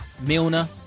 Milner